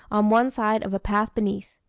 on one side of a path beneath.